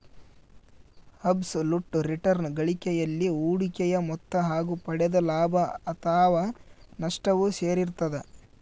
abs ಲುಟ್ return ಗಳಿಕೆಯಲ್ಲಿ ಹೂಡಿಕೆಯ ಮೊತ್ತ ಹಾಗು ಪಡೆದ ಲಾಭ ಅಥಾವ ನಷ್ಟವು ಸೇರಿರ್ತದ